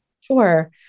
Sure